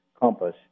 compass